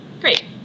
Great